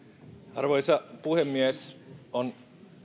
arvoisa puhemies on